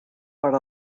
per